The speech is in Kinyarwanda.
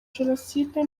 jenoside